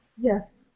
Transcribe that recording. Yes